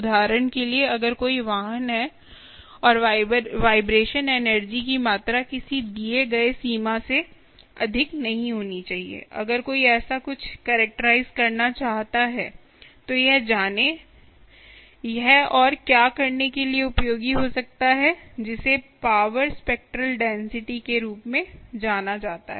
उदाहरण के लिए अगर कोई वाहन है और वाइब्रेशन एनर्जी की मात्रा किसी दिए गए सीमा से अधिक नहीं होनी चाहिए अगर कोई ऐसा कुछ कैरेक्टराइज़ करना चाहता है तो यह जानेयह और क्या करने के लिए उपयोगी हो सकता है जिसे पावर स्पेक्ट्रल डेंसिटी के रूप में जाना जाता है